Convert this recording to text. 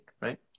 right